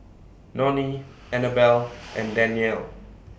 Nonie Anabelle and Danyell